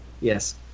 Yes